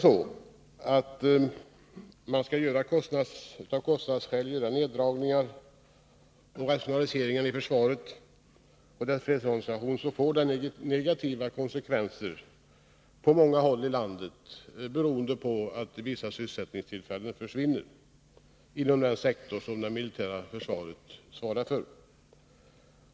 Om man av kostnadsskäl skall göra neddragningar och rationaliseringar i försvaret och dess fredsorganisation, får det tyvärr negativa konsekvenser på många håll i landet, beroende på att vissa sysselsättningstillfällen försvinner inom den sektor som det militära försvaret svarar för.